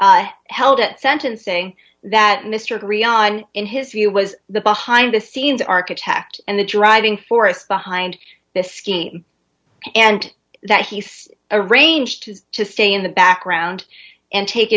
himself held at sentencing that mr agree on in his view was the behind the scenes architect and the driving force behind this scheme and that he's a range has to stay in the background and take